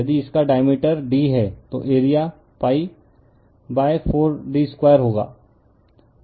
यदि इसका diameter d है तो एरिया π 4 d 2 होगा